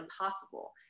impossible